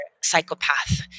psychopath